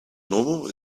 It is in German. novo